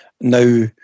now